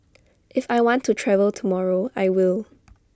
if I want to travel tomorrow I will